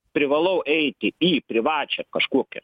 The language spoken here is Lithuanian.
privalau eiti į privačią kažkokią